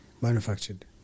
Manufactured